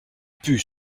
put